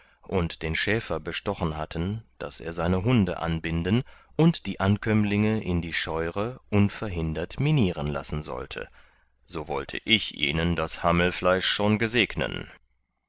und den schäfer bestochen hatten daß er seine hunde anbinden und die ankömmlinge in die scheure unverhindert minieren lassen sollte so wollte ich ihnen das hammelfleisch schon gesegnen